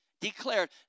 Declared